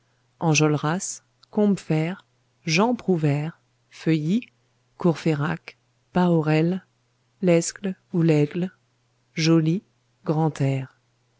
enjolras combeferre jean prouvaire feuilly courfeyrac bahorel lesgle ou laigle joly grantaire